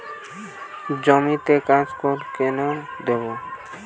জমিতে কাসকেড কেন দেবো?